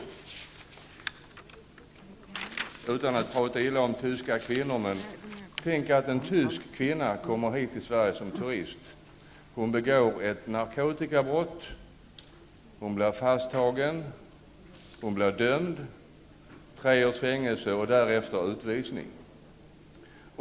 Nu vill jag inte prata illa om tyska kvinnor, men tänk er att en tysk kvinna kommer till Sverige som turist. Hon begår ett narkotikabrott. Hon blir fasttagen. Hon blir dömd till tre års fängelse och därefter utvisning.